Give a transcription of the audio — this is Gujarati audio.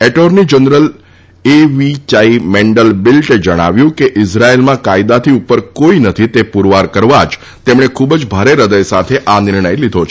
એટોર્ની જનરલ એવી યાઈ મેન્ડલબીલ્ટે જણાવ્યું છે કે ઈઝરાયેલામાં કાયદાથી ઉપર કોઈ નથી તે પુરવાર કરવા જ તેમણે ખુબ જ ભારે હૃદય સાથે આ નિર્ણય લીધો છે